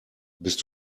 bist